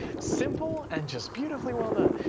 simple and just beautifully well done.